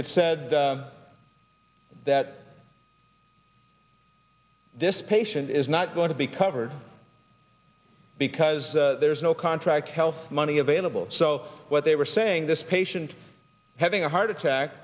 it said that this patient is not going to be covered because there's no contract health money available so what they were saying this patient having a heart attack